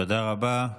תודה רבה.